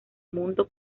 mundo